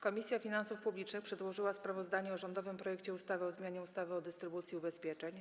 Komisja Finansów Publicznych przedłożyła sprawozdanie o rządowym projekcie ustawy o zmianie ustawy o dystrybucji ubezpieczeń.